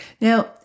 Now